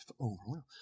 Overwhelmed